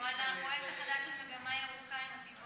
או על הפרויקט החדש של מגמה ירוקה עם הטבעונות.